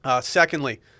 Secondly